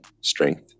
strength